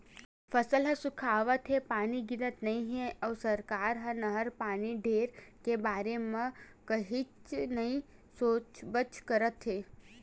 फसल ह सुखावत हे, पानी गिरत नइ हे अउ सरकार ह नहर पानी ढिले के बारे म कहीच नइ सोचबच करत हे